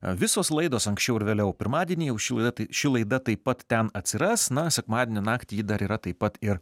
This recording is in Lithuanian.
visos laidos anksčiau ar vėliau pirmadienį jau ši laida tai ši laida taip pat ten atsiras na sekmadienio naktį ji dar yra taip pat ir